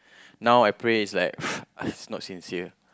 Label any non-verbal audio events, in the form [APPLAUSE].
now I pray is like [NOISE] not sincere